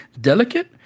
Delicate